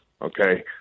okay